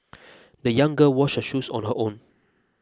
the young girl washed her shoes on her own